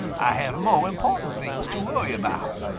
ah have mo' important things to worry about.